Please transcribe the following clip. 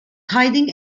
hiding